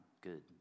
Good